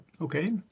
Okay